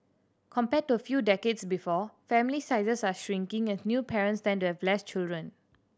compared to a few decades before family sizes are shrinking as new parents tend to have less children